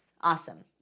Awesome